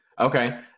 Okay